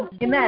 Amen